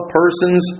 persons